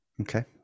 Okay